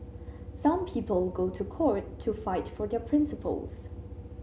some people go to court to fight for their principles